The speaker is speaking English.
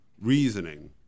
reasoning